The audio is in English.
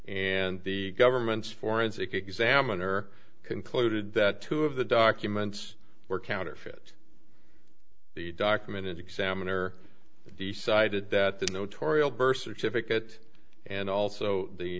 and the government's forensic examiner concluded that two of the documents were counterfeit the document examiner that the cited that the notorious birth certificate and also the